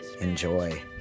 Enjoy